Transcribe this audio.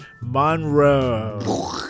Monroe